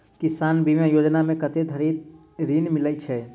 किसान बीमा योजना मे कत्ते धरि ऋण मिलय छै?